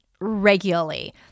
regularly